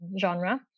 genre